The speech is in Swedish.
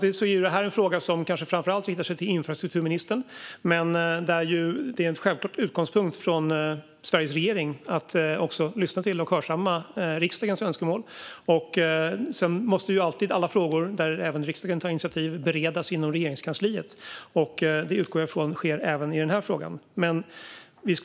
Detta är en fråga som kanske framför allt riktar sig till infrastrukturministern, men det är självklart en utgångspunkt för Sveriges regering att lyssna till och hörsamma riksdagens önskemål. Alla frågor, även då riksdagen tar initiativ, måste beredas inom Regeringskansliet, och jag utgår från att detta sker även i denna fråga.